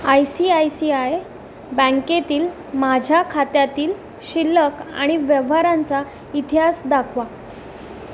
I C I C I बँकेतील माझ्या खात्यातील शिल्लक आणि व्यवहारांचा इतिहास दाखवा